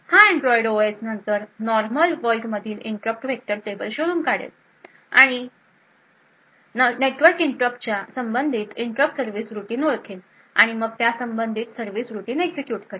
हा Android OS नंतर normal world मधील इंटरप्ट वेक्टर टेबल शोधू शकेल आणि नेटवर्क इंटरप्टच्या संबंधित इंटरप्ट सर्व्हिस रूटीन ओळखेल आणि मग त्यासंबंधित सर्व्हिस रूटीन एक्झिक्युट करेल